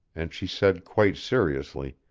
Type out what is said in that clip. and she said quite seriously